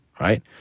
right